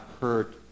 hurt